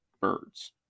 birds